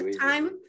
time